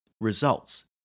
results